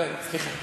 סליחה.